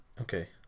Okay